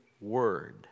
word